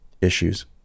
issues